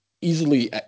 easily